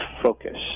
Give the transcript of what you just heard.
focus